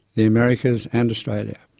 the americas and australia.